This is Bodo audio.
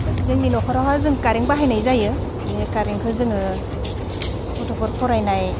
जोंनि न'खरावहा जों कारेन्ट बाहायनाय जायो बे कारेन्टखो जोङो गथ'फोर फरायनाय